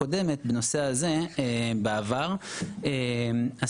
עשה רושם שיש ארגונים שבעבר או בהווה,